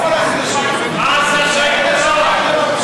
מה עשה שי פירון?